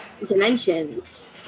Dimensions